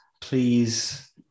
please